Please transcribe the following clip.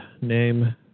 name